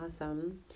awesome